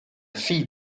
fille